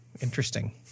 interesting